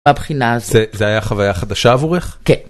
הבחינה זה היה חוויה חדשה עבורך.